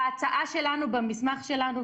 ההצעה שלנו במסמך שלנו,